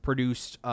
Produced